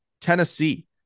Tennessee